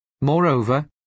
Moreover